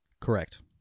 Correct